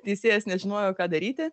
teisėjas nežinojo ką daryti